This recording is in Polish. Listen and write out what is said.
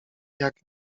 jak